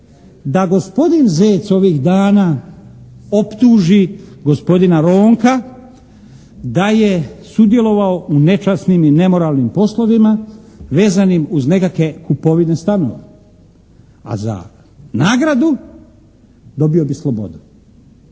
da gospodin Zec ovih dana optuži gospodina Ronka da je sudjelovao u nečasnim i nemoralnim poslovima vezanim uz nekakve kupovine stanova. A za nagradu dobio bi slobodu.